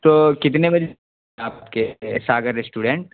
تو کتنے بجے آپ کے ساگر ریسٹورنٹ